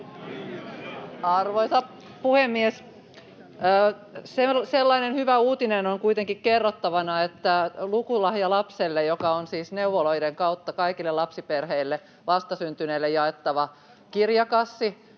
Arvoisa puhemies! Sellainen hyvä uutinen on kuitenkin kerrottavana, että Lukulahja lapselle, joka on siis neuvoloiden kautta kaikille lapsiperheille, vastasyntyneille, jaettava kirjakassi,